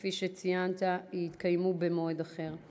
כפי שציינת, יתקיימו במועד אחר.